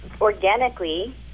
organically